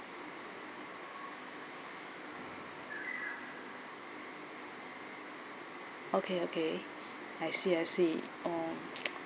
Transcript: okay okay I see I see oh